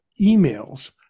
emails